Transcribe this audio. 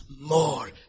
more